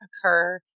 occur